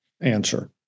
answer